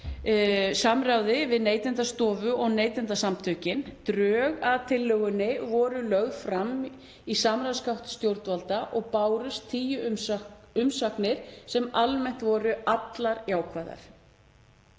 samráði við Neytendastofu og Neytendasamtökin. Drög að tillögunni voru lögð fram í samráðsgátt stjórnvalda og bárust tíu umsagnir sem almennt voru allar jákvæðar.